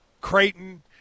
Creighton